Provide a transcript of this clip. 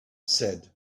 said